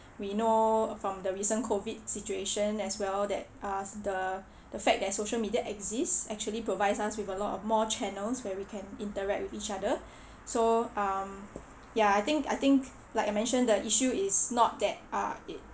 we know from the recent COVID situation as well that uh the the fact that social media exists actually provides us with a lot of more channels where we can interact with each other so um ya I think I think like I mentioned the issue is not that uh it